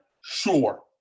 Sure